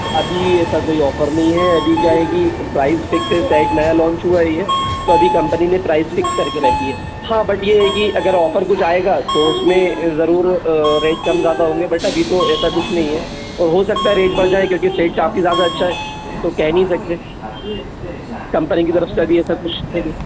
अभी ऐसा कोई ऑफर नहीं है अभी क्या है कि प्राइस फिक्स है नया लांच हुआ है ये तो अभी कंपनी ने प्राइस फिक्स कर के रखी है हाँ बट ये है कि अगर ऑफर कुछ आएगा तो उसमें जरूर रेट कम ज़्यादा होंगे बट अभी तो ऐसा कुछ नहीं है और हो सकता है कि रेट बढ़ जाए क्योंकि सैट काफ़ी ज़्यादा अच्छा है तो कह नहीं सकते कंपनी की तरफ से अभी ऐसा कुछ है नहीं